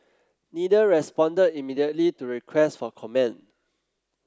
neither responded immediately to requests for comment